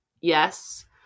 yes